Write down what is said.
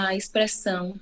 expressão